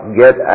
get